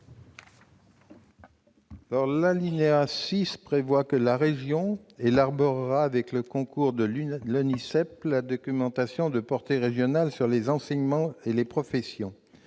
L'alinéa 6 prévoit que la région élaborera avec le concours de l'ONISEP la documentation de portée régionale sur les enseignements et les professions.